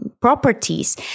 properties